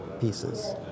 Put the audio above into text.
pieces